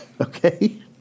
Okay